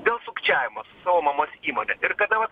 dėl sukčiavimo su savo mamos įmone ir kada vat